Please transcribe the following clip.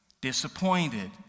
Disappointed